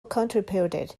contributed